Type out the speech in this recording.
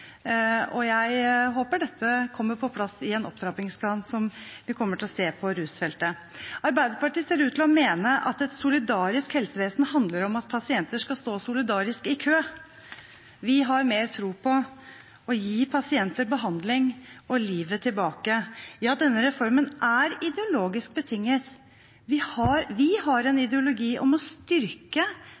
og jeg håper dette kommer på plass i en opptrappingsplan som vi kommer til å se på rusfeltet. Arbeiderpartiet ser ut til å mene at et solidarisk helsevesen handler om at pasienter skal stå solidarisk i kø. Vi har mer tro på å gi pasienter behandling og livet tilbake. Ja, denne reformen er ideologisk betinget. Vi har en ideologi om å styrke